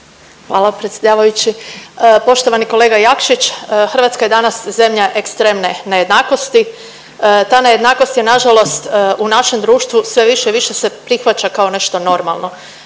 Hvala predsjedavajući. Poštovani kolega Jakšić, Hrvatska je danas zemlja ekstremne nejednakosti. Ta nejednakost je nažalost u našem društvu, sve više i više se prihvaća kao nešto normalno.